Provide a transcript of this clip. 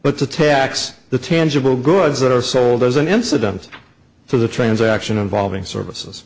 but to tax the tangible goods that are sold as an incidental to the transaction involving services